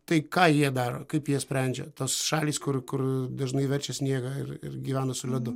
tai ką jie daro kaip jie sprendžia tos šalys kur kur dažnai verčia sniegą ir ir gyvena su ledu